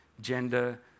gender